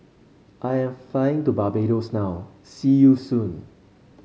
I am flying to Barbados now see you soon